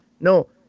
No